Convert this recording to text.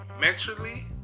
mentally